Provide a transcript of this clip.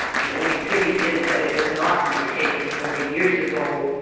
the only pity is that it was not undertaken forty years ago.